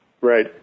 Right